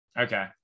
Okay